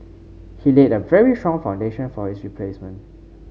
he laid a very strong foundation for his replacement